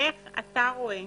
איך אתה רואה